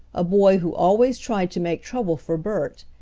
a boy who always tried to make trouble for bert,